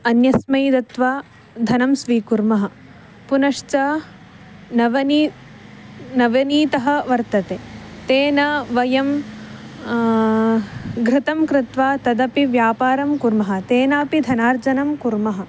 अन्यस्मै दत्वा धनं स्वीकुर्मः पुनश्च नवनीतं नवनीतं वर्तते तेन वयं घृतं कृत्वा तदपि व्यापारं कुर्मः तेनापि धनार्जनं कुर्मः